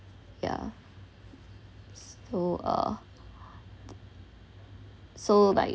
yeah so uh so like